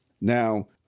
Now